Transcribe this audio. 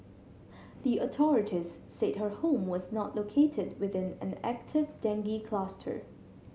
the authorities said her home was not located within an active dengue cluster